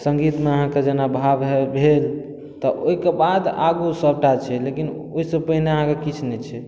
सङ्गीतमे अहाँ कऽ जेना भाव भेल तऽ ओहि कऽ बाद आगू सभटा छै लेकिन ओहिसँ पहिने अहाँ कऽ किछु नहि छै